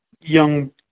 young